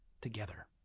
together